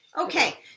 Okay